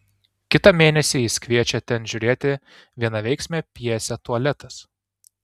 kitą mėnesį jis kviečia ten žiūrėti vienaveiksmę pjesę tualetas